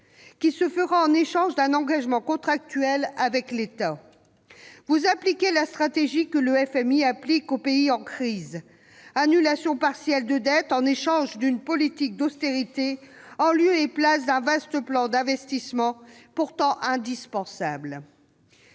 qui se fera en échange d'un engagement contractuel avec l'État. Vous appliquez la stratégie que le FMI applique aux pays en crise : annulation partielle de dettes en échange d'une politique d'austérité, en lieu et place d'un vaste plan d'investissements pourtant indispensable.